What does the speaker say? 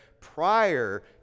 prior